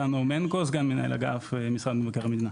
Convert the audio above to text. דן נאומנקו, סגן מנהל אגף, משרד מבקר המדינה.